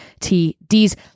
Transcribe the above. TDs